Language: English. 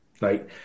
right